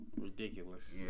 ridiculous